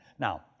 Now